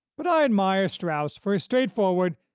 but i admire strauss for his straightforward,